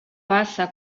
bassa